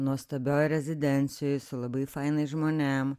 nuostabioj rezidencijoj su labai fainais žmonėm